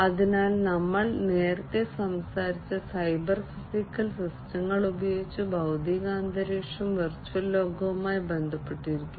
അതിനാൽ നമ്മൾ നേരത്തെ സംസാരിച്ച സൈബർ ഫിസിക്കൽ സിസ്റ്റങ്ങൾ ഉപയോഗിച്ച് ഭൌതിക അന്തരീക്ഷം വെർച്വൽ ലോകവുമായി ബന്ധപ്പെട്ടിരിക്കുന്നു